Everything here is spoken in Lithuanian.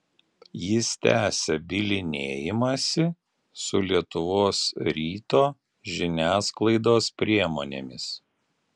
jis tęsia bylinėjimąsi su lietuvos ryto žiniasklaidos priemonėmis